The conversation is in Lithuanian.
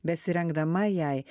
besirengdama jei